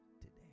today